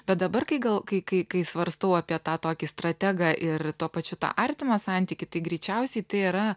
bet dabar kai gal kai kai kai svarstau apie tą tokį strategą ir tuo pačiu tą artimą santykį tai greičiausiai tai yra